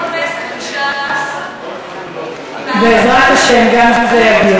ממתי, בעזרת השם גם זה יגיע.